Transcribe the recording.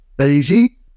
easy